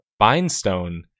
Bindstone